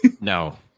No